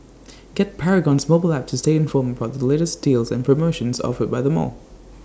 get Paragon's mobile app to stay informed about the latest deals and promotions offered by the mall